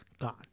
Gone